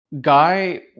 Guy